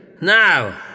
Now